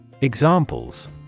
Examples